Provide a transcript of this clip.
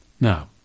Now